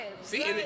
See